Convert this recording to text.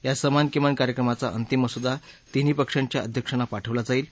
या समान किमान कार्यक्रमाचा अंतिम मसुदा तिन्ही पक्षांच्या अध्यक्षांना पाठवला जाईल